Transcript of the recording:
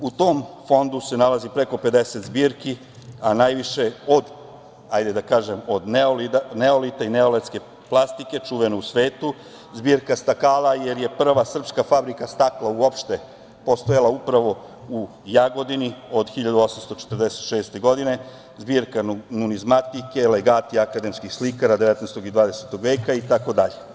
U tom fondu se nalazi preko 50 zbirki, a najviše od neolita i neolitske plastike, čuvene u svetu, zbirke stakala, jer je prva srpska fabrika stakla uopšte postojala upravo u Jagodini od 1846. godine, zbirka numizmatike, legati akademskih slikara 19. i 20. veka itd.